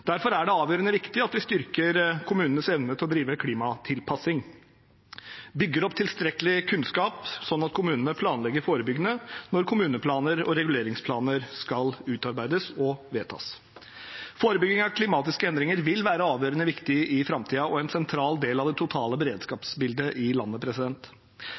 Derfor er det avgjørende viktig at vi styrker kommunenes evne til å drive klimatilpassing og bygger opp tilstrekkelig kunnskap, sånn at kommunene planlegger forebyggende når kommuneplaner og reguleringsplaner skal utarbeides og vedtas. Forebygging av klimatiske endringer vil være avgjørende viktig i framtiden og en sentral del av det totale beredskapsbildet i landet.